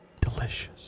delicious